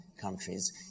countries